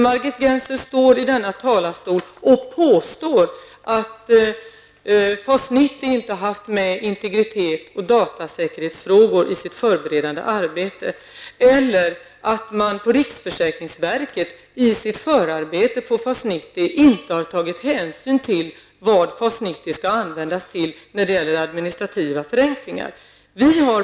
Margit Gennser står i denna talarstol och påstår att man beträffande FAS 90 inte har haft med integritets och datasäkerhetsfrågor i det förberedande arbetet eller att man på riksförsäkringsverket i sitt förarbete på FAS 90 inte har tagit hänsyn till vad FAS 90 skall användas till när det gäller administrativa förenklingar.